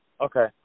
Okay